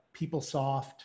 PeopleSoft